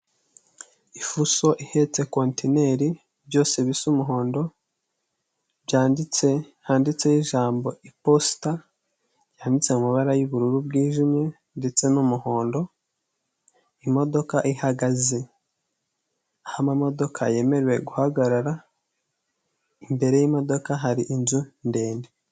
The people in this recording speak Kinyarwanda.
Ifuso ihetse kontineri byose bisa umuhondo byanditse handitseho ijambo iposita ryanditse amabara y'ubururu bwijimye ndetse n'umuhondo, imodoka ihagaze nk'amamodoka yemerewe guhagarara, imbere y'imodoka hari inzu ndende.